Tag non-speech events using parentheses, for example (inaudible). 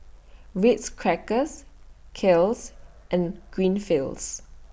Ritz Crackers Kiehl's (noise) and Greenfields